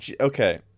okay